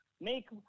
make